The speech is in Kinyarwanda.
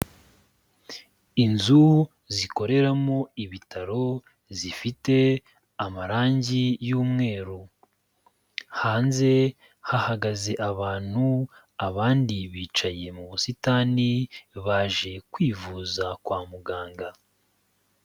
Inzu zikoreramo ibitaro zifite amarangi y'umweru. Hanze hahagaze abantu, abandi bicaye mu busitani, baje kwivuza kwa muganga.